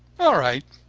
all right.